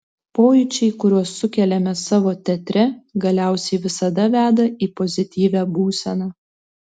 pojūčiai kuriuos sukeliame savo teatre galiausiai visada veda į pozityvią būseną